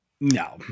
No